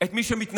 את מי שמתנדב?